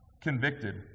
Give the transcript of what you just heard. convicted